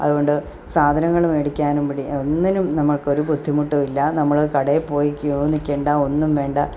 അതുകൊണ്ട് സാധനങ്ങൾ മേടിക്കാനും പിടി ഒന്നിനും നമ്മൾക്കൊരു ബുദ്ധിമുട്ട് ഇല്ല നമ്മൾ കടയിൽ പോയി ക്യു നിൽക്കേണ്ട ഒന്നും വേണ്ട